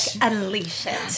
Alicia